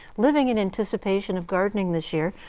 living in anticipation of gardening this year.